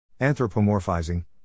Anthropomorphizing